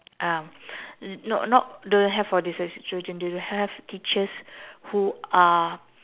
um no not don't have for dyslexic children they don't have teachers who are